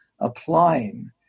applying